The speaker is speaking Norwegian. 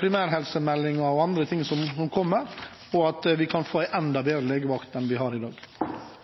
primærhelsemeldingen og andre ting som kommer, og til at vi kan få en enda bedre legevakt enn vi har i dag.